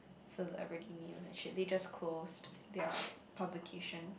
celebrity news and shit they just closed their publication